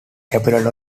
capital